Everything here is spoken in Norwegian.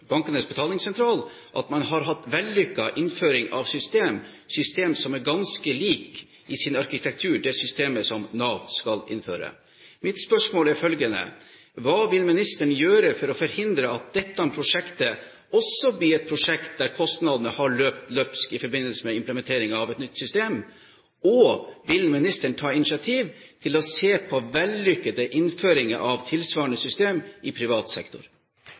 Bankenes BetalingsSentral, på at man har hatt en vellykket innføring av systemer som er ganske like i sin arkitektur som det systemet Nav skal innføre. Mitt spørsmål er følgende: Hva vil ministeren gjøre for å forhindre at dette prosjektet også blir et prosjekt der kostnadene har løpt løpsk i forbindelse med implementeringen av et nytt system, og vil ministeren ta initiativ til å se på vellykkede innføringer av tilsvarende system i privat sektor?